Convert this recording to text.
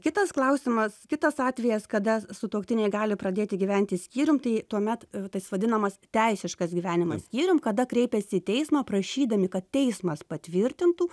kitas klausimas kitas atvejis kada sutuoktiniai gali pradėti gyventi skyrium tai tuomet tas vadinamas teisiškas gyvenimas skyrium kada kreipiasi į teismą prašydami kad teismas patvirtintų